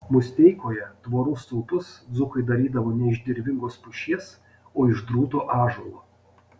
musteikoje tvorų stulpus dzūkai darydavo ne iš dervingos pušies o iš drūto ąžuolo